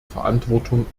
verantwortung